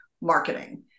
marketing